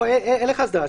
אין לך הסדרה.